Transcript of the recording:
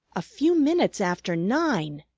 a few minutes after nine!